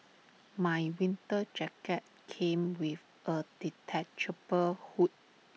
my winter jacket came with A detachable hood